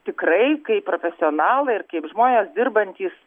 tikrai kaip profesionalai ir kaip žmonės dirbantys